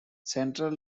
central